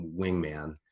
wingman